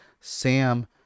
Sam